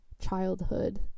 childhood